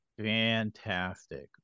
Fantastic